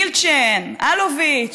מילצ'ן, אלוביץ',